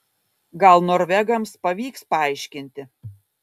gal norvegams pavyks paaiškinti